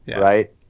right